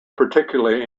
particularly